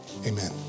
Amen